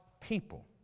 people